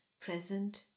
present